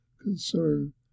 concern